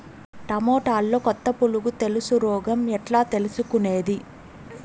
టమోటాలో కొత్త పులుగు తెలుసు రోగం ఎట్లా తెలుసుకునేది?